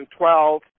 2012